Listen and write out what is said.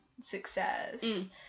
success